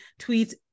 tweets